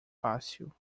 fácil